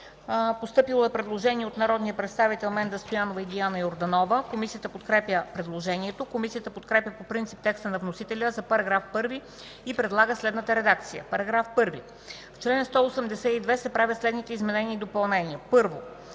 постъпило предложение от народния представител Менда Стоянова и Диана Йорданова. Комисията подкрепя предложението. Комисията подкрепя по принцип текста на вносителя за § 1 и предлага следната редакция: „§ 1. В чл. 182 се правят следните изменения и допълнения: „1.